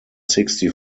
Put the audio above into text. sixty